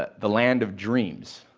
ah the land of dreams.